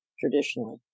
traditionally